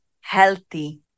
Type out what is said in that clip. healthy